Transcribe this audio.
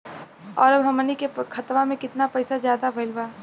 और अब हमनी के खतावा में कितना पैसा ज्यादा भईल बा?